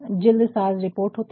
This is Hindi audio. जिल्दसाज रिपोर्ट होती हैं